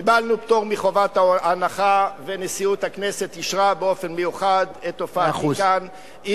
קיבלנו פטור מחובת הנחה ונשיאות הכנסת אישרה באופן מיוחד את הופעתי כאן,